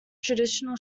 traditional